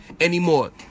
anymore